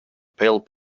pale